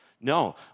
No